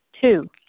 Two